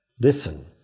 Listen